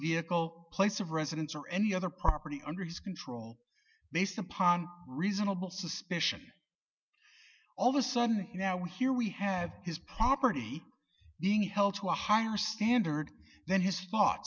vehicle place of residence or any other property under his control based upon reasonable suspicion all the sudden now here we have his property being held to a higher standard than his spot